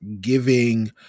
giving